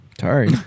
Sorry